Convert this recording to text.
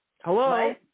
Hello